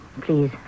please